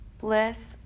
Bliss